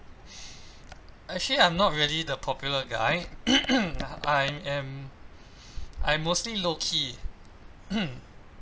actually I'm not really the popular guy I am I'm mostly low key